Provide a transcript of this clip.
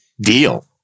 deal